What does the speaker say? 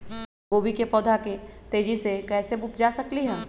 हम गोभी के पौधा तेजी से कैसे उपजा सकली ह?